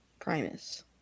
Primus